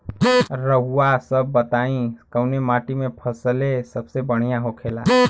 रउआ सभ बताई कवने माटी में फसले सबसे बढ़ियां होखेला?